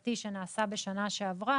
החקיקתי שנעשה בשנה שעברה